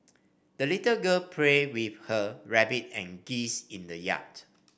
the little girl played with her rabbit and geese in the yard